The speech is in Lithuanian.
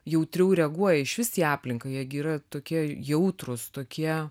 jautriau reaguoja išvis į aplinką jie gi yra tokie jautrūs tokie